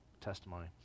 testimony